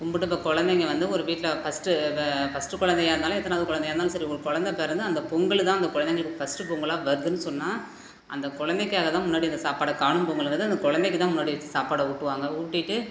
கும்பிட்டு இப்போ கொழந்தைங்க வந்து ஒரு வீட்டில் ஃபஸ்டு வ ஃபஸ்டு கொழந்தையா இருந்தாலும் எத்தனாவது கொழந்தையா இருந்தாலும் சரி ஒரு கொழந்த பிறந்து அந்த பொங்கல் தான் அந்த கொழந்தைங்களுக்கு ஃபஸ்டு பொங்கலாக வருதுனு சொன்னால் அந்த கொழந்தைக்காக தான் முன்னாடி அந்த சாப்பாடை காணும் பொங்கலுங்கிறது அந்த கொழந்தைக்கு தான் முன்னாடி வெச்சு சாப்பாடை ஊட்டுவாங்க ஊட்டிவிட்டு